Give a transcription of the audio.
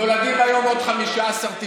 נולדים היום עוד 15 תינוקות.